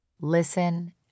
Listen